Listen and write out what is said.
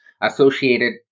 associated